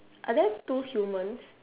are there two humans